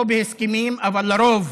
או בהסכמים, אבל לרוב